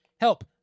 Help